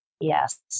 Yes